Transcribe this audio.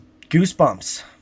Goosebumps